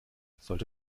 sollte